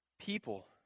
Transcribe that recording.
People